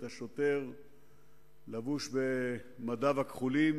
את השוטר לבוש במדיו הכחולים,